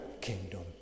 kingdom